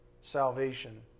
salvation